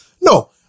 No